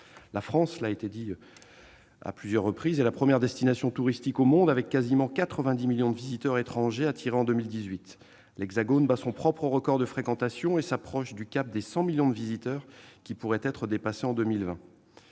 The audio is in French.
chaque jour par les voyageurs. La France est la première destination touristique au monde, avec quasiment 90 millions de visiteurs étrangers attirés en 2018. L'Hexagone bat son propre record de fréquentation et s'approche du cap des 100 millions de visiteurs, qui pourrait être dépassé en 2020.